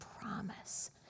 promise